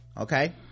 Okay